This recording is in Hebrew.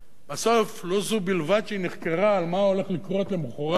לא זו בלבד שהיא נחקרה על מה הולך לקרות למחרת בהפגנה,